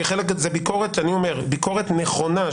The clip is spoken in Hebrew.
ביקורת נכונה,